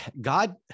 god